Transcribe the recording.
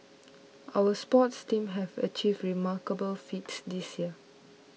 our sports teams have achieved remarkable feats this year